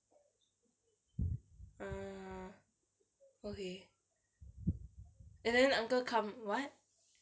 ah okay and then uncle kum~ what